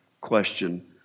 question